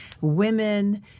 women